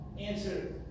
Answer